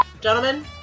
Gentlemen